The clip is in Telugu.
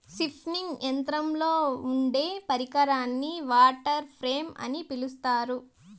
స్పిన్నింగ్ యంత్రంలో ఉండే పరికరాన్ని వాటర్ ఫ్రేమ్ అని పిలుత్తారు